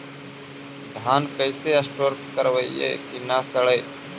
धान कैसे स्टोर करवई कि न सड़ै?